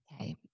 Okay